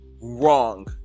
wrong